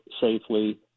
safely